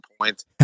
point